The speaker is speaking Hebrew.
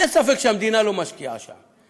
אין ספק שהמדינה לא משקיעה שם.